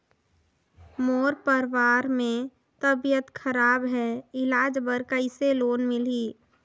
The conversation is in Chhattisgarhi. मोर परवार मे तबियत खराब हे इलाज बर कइसे लोन मिलही?